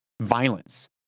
violence